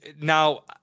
Now